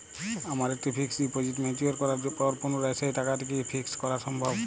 আমার একটি fixed deposit mature করার পর পুনরায় সেই টাকাটিকে কি ফিক্সড করা সম্ভব?